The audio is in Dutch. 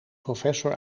professor